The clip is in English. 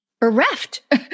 bereft